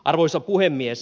arvoisa puhemies